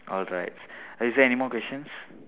alright is there anymore questions